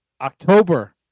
October